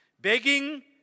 begging